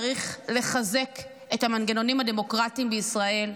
צריך לחזק את המנגנונים הדמוקרטיים בישראל,